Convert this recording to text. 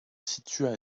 situent